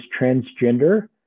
transgender